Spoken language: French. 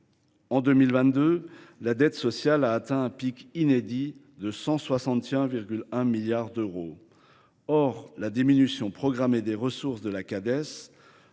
En 2022, la dette sociale a atteint un pic inédit de 161,1 milliards d’euros. Or la diminution programmée des ressources de la Caisse